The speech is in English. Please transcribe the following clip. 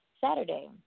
Saturday